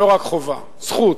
לא רק חובה, זכות.